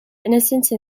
innocence